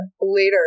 later